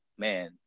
Man